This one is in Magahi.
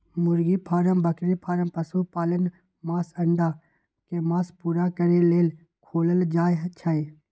मुर्गी फारम बकरी फारम पशुपालन मास आऽ अंडा के मांग पुरा करे लेल खोलल जाइ छइ